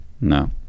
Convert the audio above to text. No